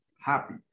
happy